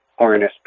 RNSP